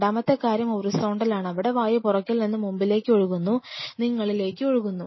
രണ്ടാമത്തെ കാര്യം ഹൊറിസോണ്ടലാണ് അവിടെ വായു പുറകിൽ നിന്ന് മുൻപിലേക്ക് ഒഴുകുന്നു നിങ്ങളിലേക്ക് ഒഴുകുന്നു